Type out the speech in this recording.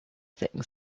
things